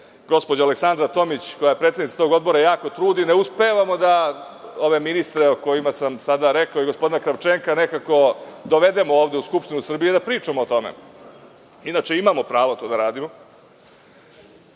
gospođa Aleksandra Tomić, koja je predsednica tog odbora, jako trudi, ne uspevamo da ove ministre o kojima sam sada pričao i gospodina Kravčenka nekako dovedemo ovde u Skupštinu Srbije da pričamo o tome. Inače, imamo pravo to da radimo. Bilo